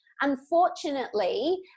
unfortunately